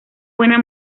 buena